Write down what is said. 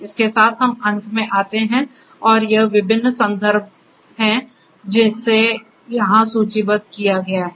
इसके साथ हम अंत में आते हैं और यह विभिन्न संदर्भों है जिसे यहां सूचीबद्ध किया गया है